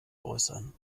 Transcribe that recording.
äußern